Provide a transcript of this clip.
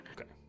Okay